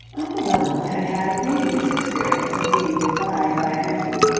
uncle donald had had a previous experience of being defied by a nephew,